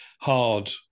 hard